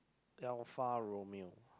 Alfa-Romeo